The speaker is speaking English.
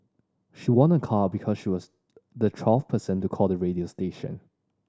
she won a car because she was the twelfth person to call the radio station